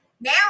now